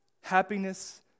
happiness